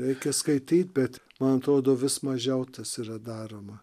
reikia skaityt bet man atrodo vis mažiau tas yra daroma